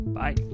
Bye